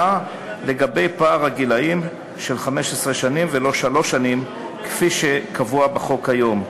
לגבי פער גילים של 15 שנים ולא שלוש שנים כפי שקבוע בחוק כיום,